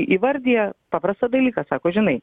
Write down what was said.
įvardija paprastą dalyką sako žinai